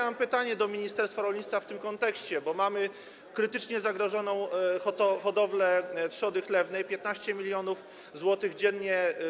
Mam pytanie do ministerstwa rolnictwa w tym kontekście, bo mamy krytycznie zagrożoną hodowlę trzody chlewnej, 15 mln zł strat dziennie.